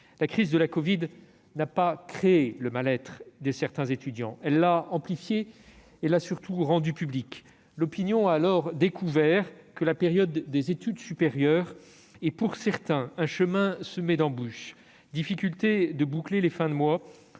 La crise de la covid n'a pas créé le mal-être de certains étudiants. Elle l'a amplifié, elle l'a surtout rendu public. L'opinion a alors découvert que la période des études supérieures était pour certains un chemin semé d'embûches : difficulté de boucler les fins de mois,